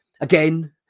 again